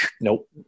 nope